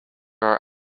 are